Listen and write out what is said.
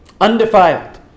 undefiled